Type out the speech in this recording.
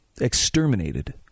exterminated